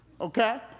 okay